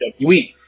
WWE